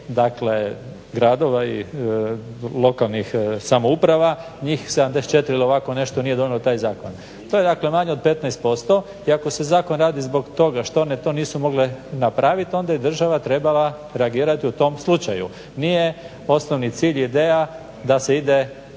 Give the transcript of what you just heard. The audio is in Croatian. nešto gradova i lokalnih samouprava, njih 74 ili ovako nešto nije donijelo taj zakon. To je dakle manje od 15% i ako se zakon radi zbog toga što one to nisu mogle napraviti onda je država trebala reagirati u tom slučaju. Nije osnovni cilj i ideja da se ide